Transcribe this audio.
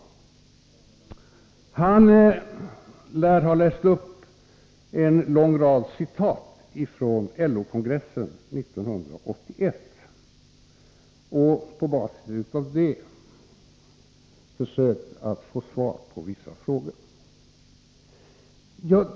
Sten Svensson lär ha läst upp en lång rad citat från LO-kongressen 1981 och på basis av dem försökt att få svar på vissa frågor.